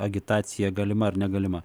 agitacija galima ar negalima